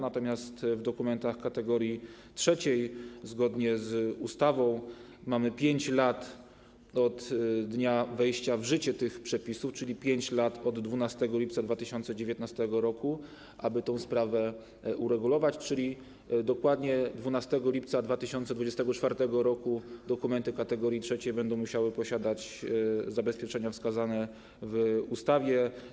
Natomiast w odniesieniu do dokumentów kategorii trzeciej zgodnie z ustawą mamy 5 lat od dnia wejścia w życie tych przepisów, czyli 5 lat od 12 lipca 2019 r., aby tę sprawę uregulować, tak więc dokładnie 12 lipca 2024 r. dokumenty kategorii trzeciej będą musiały posiadać zabezpieczenia wskazane w ustawie.